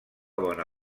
bona